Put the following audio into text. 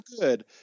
good